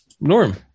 Norm